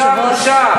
אדוני היושב-ראש,